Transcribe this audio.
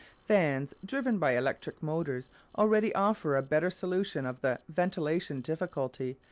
fans driven by electric motors already offer a better solution of the ventilation difficulty,